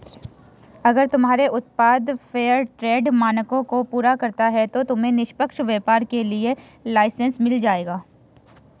अगर तुम्हारे उत्पाद फेयरट्रेड मानकों को पूरा करता है तो तुम्हें निष्पक्ष व्यापार के लिए लाइसेन्स मिल जाएगा